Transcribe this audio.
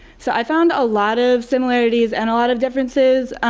so i found a lot of similarities and a lot of differences.